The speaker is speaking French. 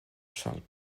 charles